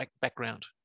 background